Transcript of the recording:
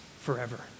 forever